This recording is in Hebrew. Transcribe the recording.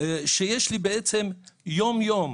שיש לי יום יום